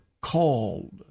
called